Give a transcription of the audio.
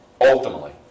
ultimately